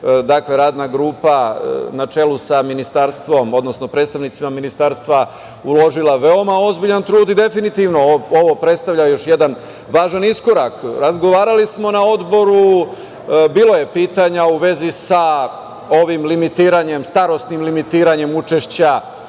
odnosno predstavnicima Ministarstva uložila veoma ozbiljan trud i definitivno ovo predstavlja još jedan važan iskorak. Razgovarali smo na Odboru, bilo je pitanja u vezi sa ovim limitiranjem, starosnim limitiranjem učešća,